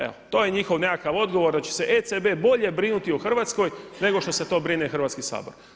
Evo to je njihov nekakav odgovor da će se ECB bolje brinuti o Hrvatskoj nego što se to brine Hrvatski sabor.